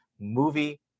movie